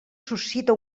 suscita